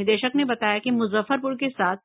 निदेशक ने बताया कि मुजफ्फरपुर के साथ